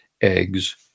eggs